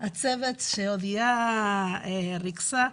הצוות שהודיה ריכזה,